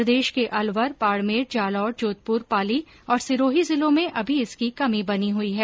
प्रदेश के अल्वर बाड़मेर जालोर जोधपुर पाली और सिरोही जिलों में अभी इसकी कमी बनी हुई है